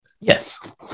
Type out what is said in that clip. Yes